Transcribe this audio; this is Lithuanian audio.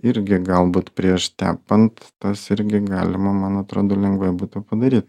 irgi galbūt prieš tepant tas irgi galima man atrodo lengvai būtų padaryt